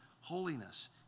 holiness